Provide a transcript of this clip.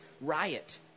riot